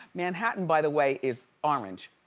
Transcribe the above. manhattan, by the way, is orange,